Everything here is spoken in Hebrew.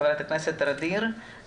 חברת הכנסת ע'דיר כמאל מריח.